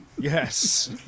Yes